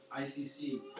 ICC